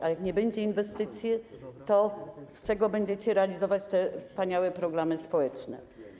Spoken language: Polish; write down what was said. A jak nie będzie inwestycji, to z czego będziecie realizować te wspaniałe programy społeczne?